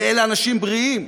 ואלה אנשים בריאים.